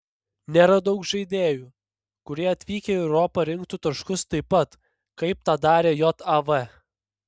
nėra daug žaidėjų kurie atvykę į europą rinktų taškus taip pat kaip tą darė jav